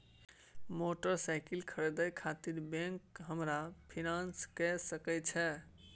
Motorcycle खरीदे खातिर bank हमरा फिनांस कय सके छै?